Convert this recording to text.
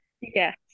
Yes